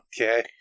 Okay